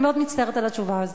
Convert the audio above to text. ואני מאוד מצטערת על התשובה הזאת.